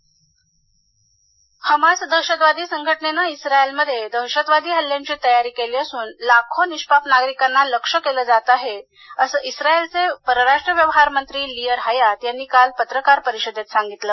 Hamas Hamas दहशतवादी संघटनेनं इस्रायलमध्ये दहशतवादी हल्ल्यांची तयारी केली असून लाखो निष्पाप नागरिकांनी लक्ष्य केलं जात आहे असं इस्रायलचे परराष्ट्र व्यवहार मंत्री लियर हयात यांनी काल पत्रकार परिषदेत सांगितलं